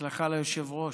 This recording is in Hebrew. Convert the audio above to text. בהצלחה ליושב-ראש.